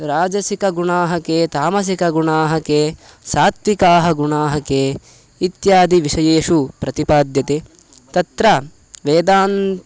राजसिकगुणाः के तामसिकगुणाः के सात्विकाः गुणाः के इत्यादिषु विषयेषु प्रतिपाद्यते तत्र वेदान्